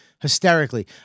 Hysterically